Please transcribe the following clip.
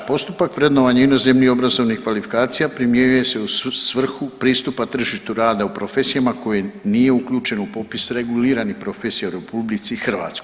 Postupak vrednovanja inozemnih obrazovnih kvalifikacija primjenjuje se u svrhu pristupa tržištu rada u profesijama koje nije uključeno u popis reguliranih profesija u RH.